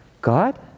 God